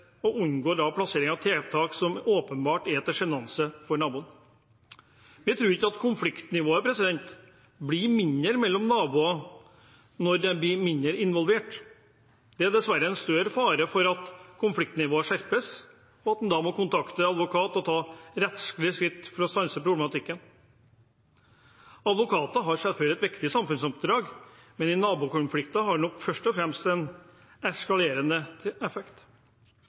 konsulteres, unngår en plassering av tiltak som åpenbart er til sjenanse for naboen. Vi tror ikke at konfliktnivået mellom naboer blir mindre når de blir mindre involvert. Det er dessverre en større fare for at konfliktnivået skjerpes, og at en da må kontakte advokat og ta rettslige skritt for å stanse problematikken. Advokater har selvfølgelig et viktig samfunnsoppdrag, men i nabokonflikter har de først og fremst en eskalerende effekt.